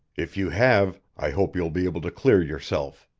if you have, i hope you'll be able to clear yourself.